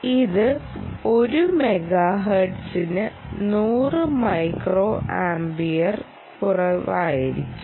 ഇത് ഒരു മെഗാഹെർട്സിന് 100 മൈക്രോ ആമ്പിയറിൽ കുറവായിരിക്കണം